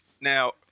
Now